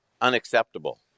unacceptable